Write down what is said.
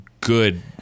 good